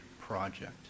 project